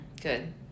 Good